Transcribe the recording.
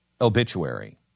obituary